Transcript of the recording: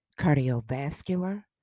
cardiovascular